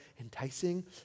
enticing